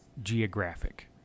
geographic